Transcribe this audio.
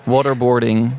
Waterboarding